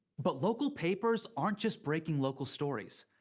but local papers aren't just breaking local stories.